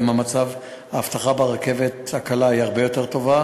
גם מצב האבטחה ברכבת הקלה הרבה יותר טוב,